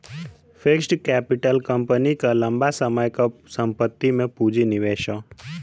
fixed capital company क लंबा समय क संपत्ति में पूंजी निवेश हौ